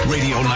Radio